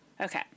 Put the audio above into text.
okay